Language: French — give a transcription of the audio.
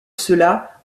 cela